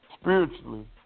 Spiritually